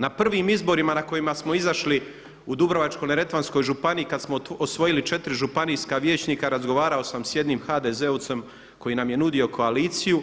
Na prvim izborima na kojima smo izašli u Dubrovačko-neretvanskoj županiji kad smo osvojili četiri županijska vijećnika razgovarao sam s jednim HDZ-ovcem koji nam je nudio koaliciju